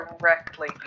directly